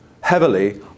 heavily